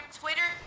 twitter